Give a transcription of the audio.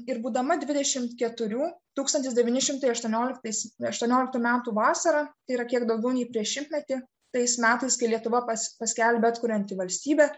ir būdama dvidešimt keturių tūkstantis devyni šimtai aštuonioliktais aštuonioliktų metų vasarą tai yra kiek daugiau nei prieš šimtmetį tais metais kai lietuva pas paskelbė atkurianti valstybę